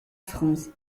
france